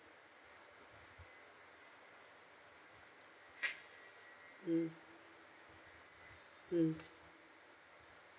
mm mm